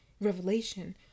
revelation